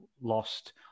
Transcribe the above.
lost